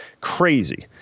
crazy